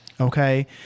Okay